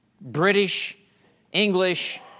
British-English